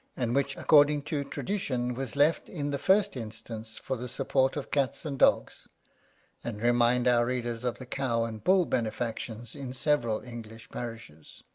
and which, according to tradition, was left in the first instance for the support of cats and dogs and remind our readers of the cow and bull benefactions in several english parishes,